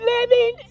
living